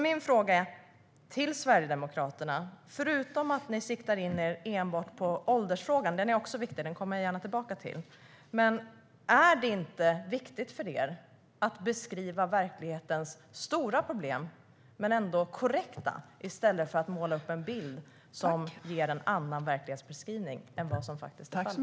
Min fråga till Sverigedemokraterna är därför: Förutom att ni siktar in er enbart på åldersfrågan, som också är viktig och som jag gärna kommer tillbaka till, är det inte viktigt för er att beskriva verklighetens stora problem korrekt i stället för att måla upp en bild som ger en annan verklighetsbeskrivning än vad som faktiskt är fallet?